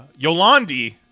Yolandi